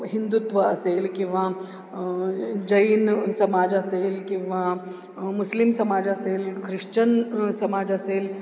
हिंदुत्व असेल किंवा जैन समाज असेल किंवा मुस्लिम समाज असेल ख्रिश्चन समाज असेल